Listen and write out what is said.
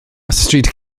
ystryd